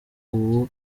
ubu